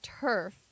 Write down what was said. turf